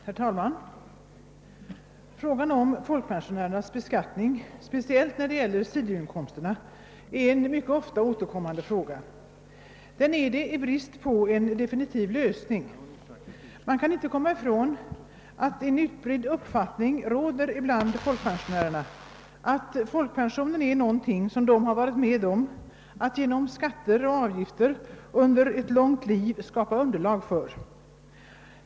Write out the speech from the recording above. Herr talman! Frågan om folkpensionärernas beskattning, speciellt vad beträffar sidoinkomsterna, är en mycket ofta återkommande fråga. Den är det i brist på en definitiv lösning. Man kan inte komma ifrån att en utbredd uppfattning råder bland folkpensionärerna, att folkpensionen är något de varit med om att genom skatter och avgifter under ett långt liv skapa underlag för.